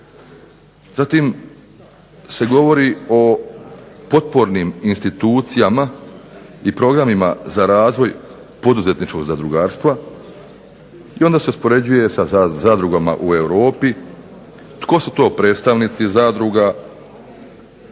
zatim se govori o potpornim institucijama i programima za razvoj poduzetničkog zadrugarstva i onda se uspoređuje sa zadrugama u Europi, tko su to predstavnici zadruga